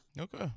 Okay